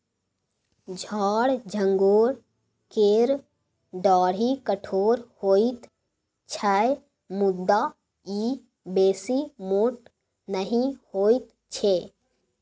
झार झंखोर केर डाढ़ि कठोर होइत छै मुदा ई बेसी मोट नहि होइत छै